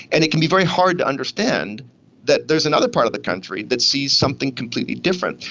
and it can be very hard to understand that there is another part of the country that sees something completely different.